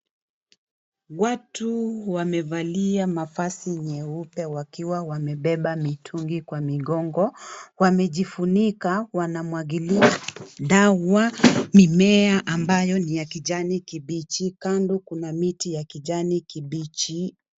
Watu wamevalia mavazi nyeupe wakiwa wamebeba mitungi kwa migongo wamejifunika wanamwagilia dawa mimea ambayo niya kijani kibichi kando kuna miti ya kijani kibichi.